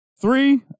Three